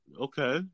Okay